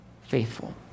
faithful